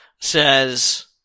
says